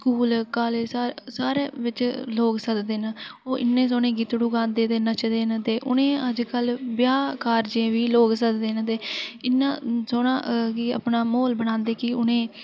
school college सारें बिच लोक सददे न ओह् इन्ने सोह्ने गीतड़ू गांदे न ते नचदे न ते उ'नें गी अजकल ब्याहें कार्जें बी लोक सददे न इन्ना सोह्ना अपना म्हौल बनांदे न मतलब कि